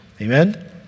amen